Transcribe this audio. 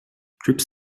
trips